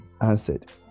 answered